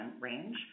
range